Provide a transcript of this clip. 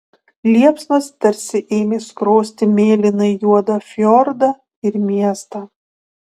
liepsnos tarsi ėmė skrosti mėlynai juodą fjordą ir miestą